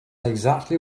exactly